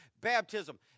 baptism